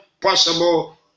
possible